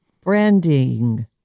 Branding